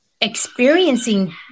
experiencing